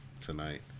tonight